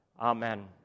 Amen